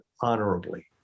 honorably